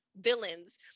villains